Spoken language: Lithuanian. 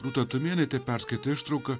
rūta tumėnaitė perskaitė ištrauką